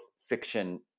fiction